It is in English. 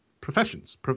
Professions